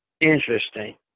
Interesting